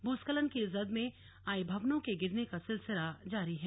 भूस्खलन की जद में आये भवनों के गिरने का सिलसिला जारी है